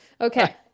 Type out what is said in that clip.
Okay